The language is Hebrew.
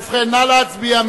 ובכן, נא להצביע.